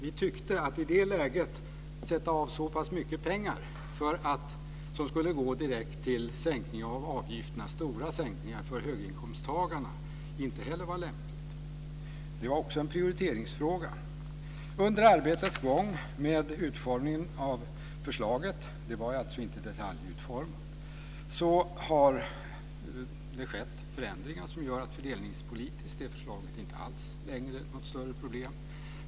Vi tyckte att i det läget sätta av så pass mycket pengar som skulle gå direkt till stora sänkningar av avgifterna för höginkomsttagarna inte heller var lämpligt. Det var också en prioriteringsfråga. Under arbetets gång med utformningen av förslaget - det var alltså inte detaljutformat - har det skett förändringar som gör att det förslaget fördelningspolitiskt inte längre är ett större problem.